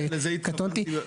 קטונתי,